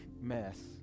mess